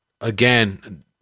again